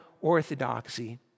orthodoxy